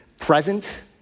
present